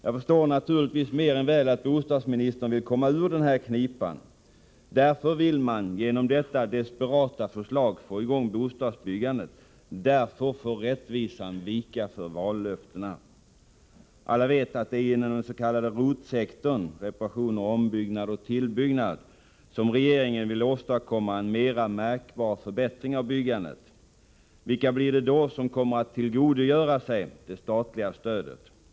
Jag förstår naturligtvis mer än väl att bostadsministern vill komma ur den här knipan. Därför vill man genom detta desperata förslag få i gång bostadsbyggandet. Därför får rättvisan vika för vallöftena. Alla vet att det är inom den s.k. ROT-sektorn —- reparationer, ombyggnad och tillbyggnad — som regeringen vill åstadkomma en mera märkbar förbättring av byggandet. Vilka blir det då som kommer att tillgodogöra sig det statliga stödet.